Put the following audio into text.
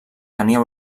tenia